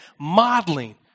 modeling